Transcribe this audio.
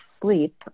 sleep